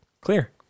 clear